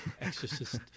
Exorcist